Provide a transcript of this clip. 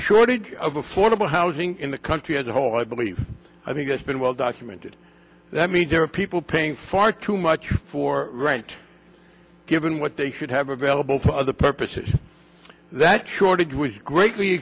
shortage of affordable housing in the as a whole i believe i think it's been well documented that means there are people paying far too much for right given what they should have available for other purposes that shortage was greatly